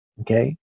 Okay